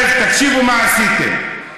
תקשיבו מה עשיתם: